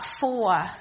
four